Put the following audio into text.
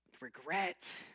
regret